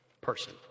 person